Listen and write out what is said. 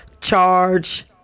charge